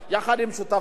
אנחנו בעד,